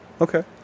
Okay